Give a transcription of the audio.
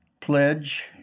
pledge